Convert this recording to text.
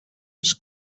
was